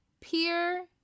Pier